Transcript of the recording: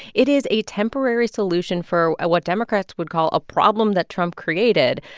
it is a temporary solution for what democrats would call a problem that trump created.